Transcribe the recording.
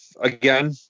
again